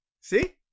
See